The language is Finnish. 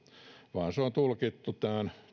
vaan se on tulkittu tämän